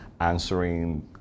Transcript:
answering